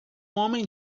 homem